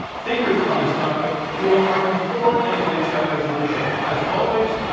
thinkers on this topic who will argue for and against that resolution. as always,